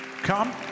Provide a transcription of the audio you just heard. Come